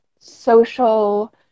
social